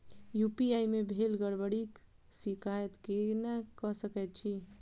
UPI मे भेल गड़बड़ीक शिकायत केना कऽ सकैत छी?